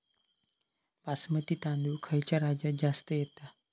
बासमती तांदूळ खयच्या राज्यात जास्त येता?